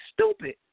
stupid